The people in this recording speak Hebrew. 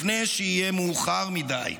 לפני שיהיה מאוחר מדי.